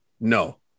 no